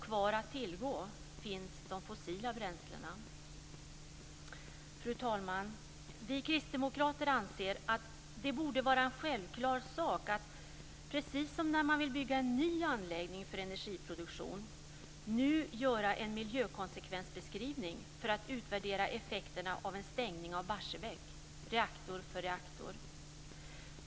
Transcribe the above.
Kvar att tillgå finns de fossila bränslena. Fru talman! Vi kristdemokrater anser att det borde vara en självklar sak att, precis som när man vill bygga en ny anläggning för energiproduktion, nu göra en miljökonsekvensbeskrivning för att utvärdera effekterna av en stängning av Barsebäck, reaktor för reaktor.